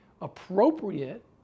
appropriate